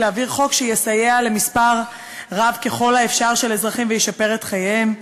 היא להעביר חוק שיסייע למספר רב ככל האפשר של אזרחים וישפר את חייהם,